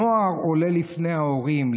נוער עולה לפני ההורים.